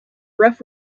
rough